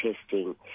testing